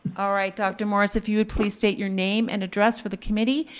all right, dr. morris, if you would please state your name and address for the committee,